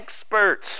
experts